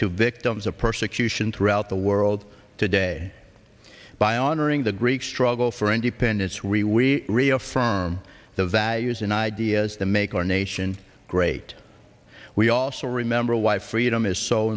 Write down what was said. to victims of persecution throughout the world today by honoring the greek struggle for independence really we reaffirm the values and ideas that make our nation great we also remember why freedom is so